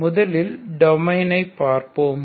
முதலில் டொமைனை பார்ப்போம்